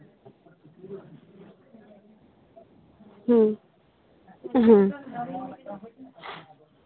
ᱦᱩᱸ ᱦᱮᱸ